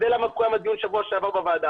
לכן התקיים הדיון בוועדה בשבוע שעבר.